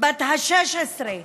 בת ה-16,